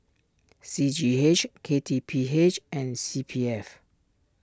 C G H K T P H and C P F